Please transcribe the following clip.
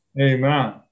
Amen